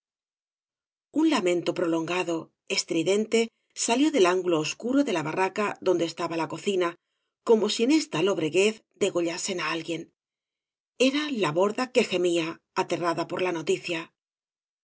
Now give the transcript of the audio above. un lamento prolongado estridente salió del áogulo obscuro de la barraca donde estaba la cocina como si en esta lobreguez degollasen á alguien era la borda que gemía aterrada por la noticia